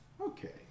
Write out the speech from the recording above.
Okay